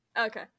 Okay